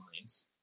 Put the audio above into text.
minds